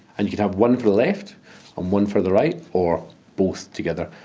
and you could have one for the left and one for the right, or both together.